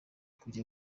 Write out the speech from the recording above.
kujya